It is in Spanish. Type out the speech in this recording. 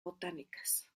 botánicas